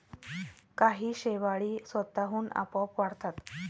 काही शेवाळी स्वतःहून आपोआप वाढतात